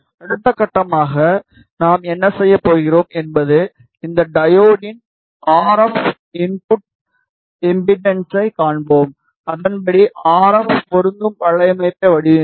அடுத்த கட்டமாக நாம் என்ன செய்யப் போகிறோம் என்பது இந்த டையோட்டின் ஆர் எப் இன்புட் இம்பெடன்ட்ஸை காண்போம் அதன்படி ஆர் எப் பொருந்தும் வலையமைப்பை வடிவமைப்போம்